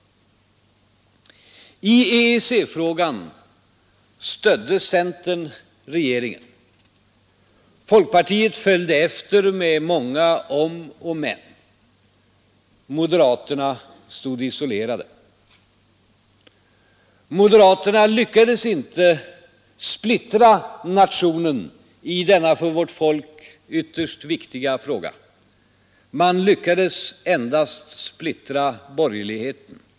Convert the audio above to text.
I EEC-frågan stödde centern regeringen, folkpartiet följde efter med många om och men. Moderaterna stod isolerade. Moderaterna lyckades inte splittra nationen i denna för vårt folk ytterst viktiga fråga. Man lyckades endast splittra borgerligheten.